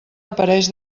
apareix